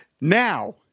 Now